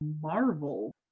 marvel